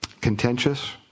contentious